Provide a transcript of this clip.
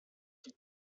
die